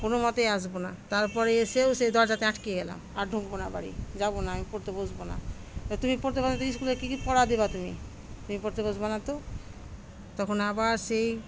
কোনো মতেই আসবো না তারপরে এসেও সেই দরজাতে আটকে গেলাম আর ঢুকবো না বাড়ি যাবো না আমি পড়তে বসব না তুমি পড়তে না বসলে স্কুলে কী কী পড়া দেবে তুমি তুমি পড়তে বসব না তো তখন আবার সেই